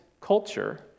culture